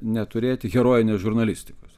neturėti herojinės žurnalistikos